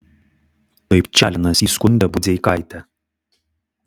tai pčalinas įskundė budzeikaitę